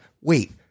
wait